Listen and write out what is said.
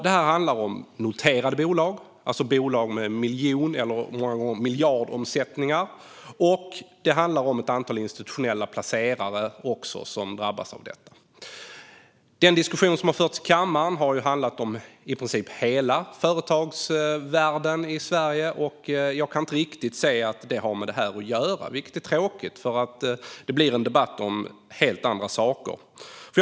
Detta rör noterade bolag, alltså bolag som många gånger har miljon eller miljardomsättningar, och det är ett antal institutionella placerare som drabbas av detta. Den diskussion som har förts i kammaren har däremot handlat om i princip hela företagsvärlden i Sverige. Jag kan inte riktigt se att det har med detta att göra. Det blir en debatt om helt andra saker, vilket är tråkigt.